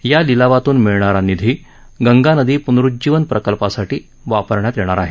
या लिलावातून मिळणारा निधी गंगा नदी पुनरुज्जीवन प्रकल्पासाठी वापरण्यात येणार आहे